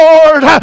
Lord